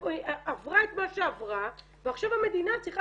עברה את מה שעברה ועכשיו המדינה צריכה